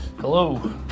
Hello